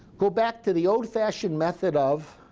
go back to the old fashioned method of